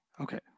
Okay